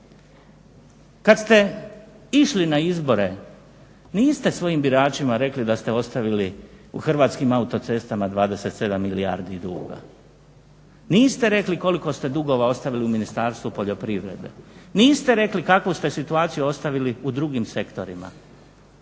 Kad ste išli na izbore niste svojim biračima rekli da ste ostavili u Hrvatskim autocestama 27 milijardi duga, niste rekli koliko ste dugova ostavili u Ministarstvu poljoprivrede, niste rekli kakvu ste situaciju ostavili u drugim sektorima.